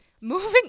moving